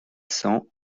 cent